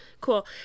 Cool